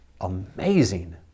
amazing